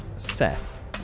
Seth